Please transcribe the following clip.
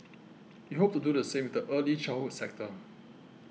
we hope to do the same with the early childhood sector